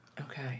Okay